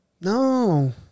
No